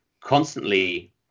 constantly